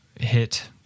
hit